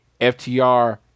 FTR